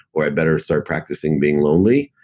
or i'd better start practicing being lonely.